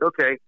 okay